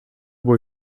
było